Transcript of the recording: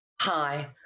Hi